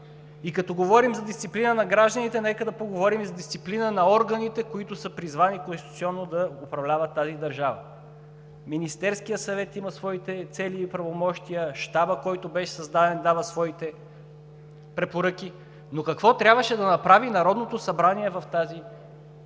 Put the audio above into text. И като говорим за дисциплина на гражданите, нека да поговорим и за дисциплина на органите, които са призвани конституционно да управляват тази държава! Министерският съвет има своите цели и правомощия. Щабът, който беше създаден, дава своите препоръки. Какво трябваше да направи Народното събрание обаче в